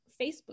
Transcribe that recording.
Facebook